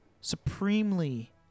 supremely